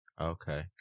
okay